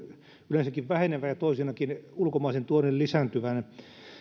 yleensäkin vähenevän ja toiseksikin ulkomaisen tuonnin lisääntyvän